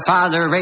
Father